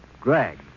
Greg